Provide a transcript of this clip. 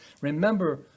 Remember